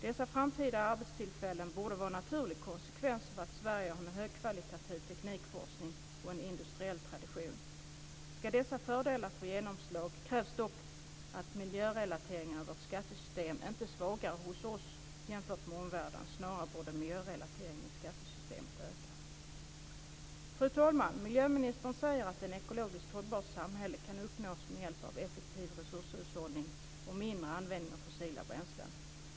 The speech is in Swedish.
Dessa framtida arbetstillfällen borde vara en naturlig konsekvens av att Sverige har en högkvalitativ teknikforskning och en industriell tradition. Ska dessa fördelar få genomslag krävs dock att miljörelateringen av vårt skattesystem inte är svagare hos oss jämfört med omvärlden. Snarare borde miljörelateringen i skattesystemet öka. Fru talman! Miljöministern säger att ett ekologiska hållbart samhälle kan uppnås med hjälp av en effektiv resurshushållning och mindre användning av fossila bränslen.